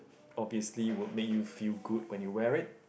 obviously will make you feel good when you wear it